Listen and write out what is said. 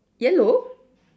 yellow